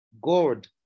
God